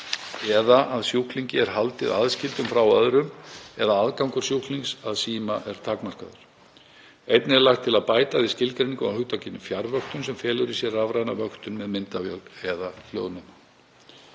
eða að sjúklingi er haldið aðskildum frá öðrum eða aðgangur sjúklings að síma takmarkaður. Einnig er lagt til að bæta við skilgreiningu á hugtakinu fjarvöktun sem felur í sér rafræna vöktun með myndavél eða hljóðnema.